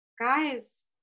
guys